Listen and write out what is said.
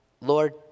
Lord